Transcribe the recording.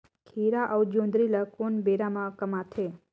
खीरा अउ जोंदरी ल कोन बेरा म कमाथे?